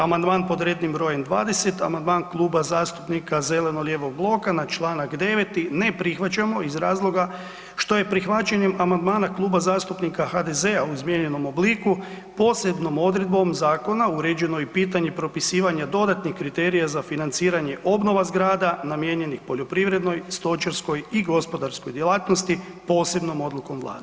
Amandman pod rednim brojem 20., amandman Kluba zastupnika zeleno-lijevog bloka na čl. 9. ne prihvaćamo iz razloga što je prihvaćanjem amandmana Kluba zastupnika HDZ-a u izmijenjenom obliku posebnom odredbom zakona uređeno i pitanje propisivanja dodatnih kriterija za financiranje obnova zgrada namijenjenih poljoprivrednoj, stočarskoj i gospodarskoj djelatnosti posebnom odlukom Vlade.